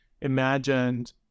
imagined